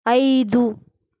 ఐదు